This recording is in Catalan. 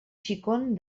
xicon